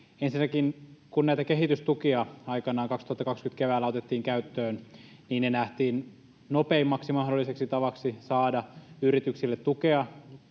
Ensinnäkin kun näitä kehitystukia aikanaan 2020 keväällä otettiin käyttöön, ne nähtiin nopeimmaksi mahdolliseksi tavaksi saada yrityksille tukea